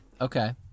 Okay